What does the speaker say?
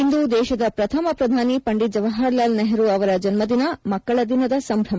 ಇಂದು ದೇಶದ ಪ್ರಥಮ ಪ್ರಧಾನಿ ಪಂಡಿತ್ ಜವಹರಲಾಲ್ ನೆಹರು ಅವರ ಜನ್ಮದಿನ ಮಕ್ಕಳ ದಿನದ ಸಂಭ್ರಮ